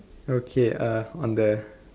okay uh on the